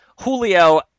julio